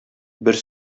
бер